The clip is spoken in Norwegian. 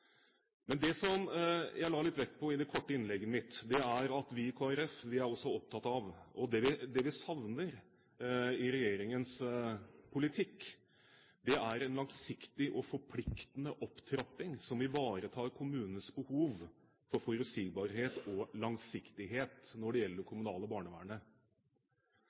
Men det som jeg la litt vekt på i det korte innlegget mitt, er at det vi i Kristelig Folkeparti savner i regjeringens politikk, er en langsiktig og forpliktende opptrapping som ivaretar kommunenes behov for forutsigbarhet og langsiktighet når det gjelder det kommunale barnevernet.